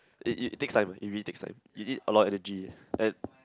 it it it's takes time it really takes time it need a lot energy and